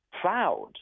proud